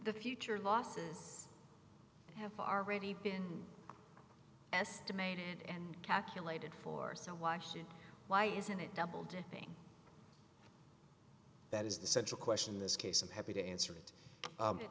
the future losses have already been estimated and calculated for so why should why isn't it double dipping that is the central question in this case i'm happy to answer it